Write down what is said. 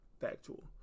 factual